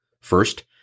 First